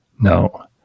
no